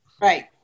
Right